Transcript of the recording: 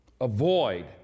Avoid